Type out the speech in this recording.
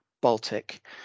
Baltic